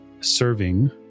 serving